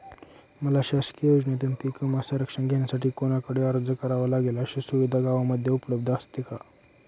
मला शासकीय योजनेतून पीक विमा संरक्षण घेण्यासाठी कुणाकडे अर्ज करावा लागेल? अशी सुविधा गावामध्ये उपलब्ध असते का?